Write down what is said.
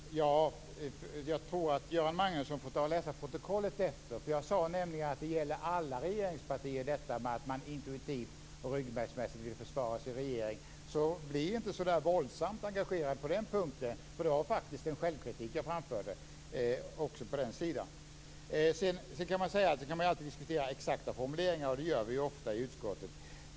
Fru talman! Jag tror att Göran Magnusson efteråt får läsa protokollet. Jag sade nämligen att det förhållandet att man intuitivt och reflexartat vill försvara sin regering gäller alla regeringspartier. Bli alltså inte så våldsamt engagerad på den punkten, för det var faktiskt också en självkritik som jag framförde i det avseendet. Man kan alltid diskutera exaktheten i formuleringar, och det gör vi ofta i utskottet.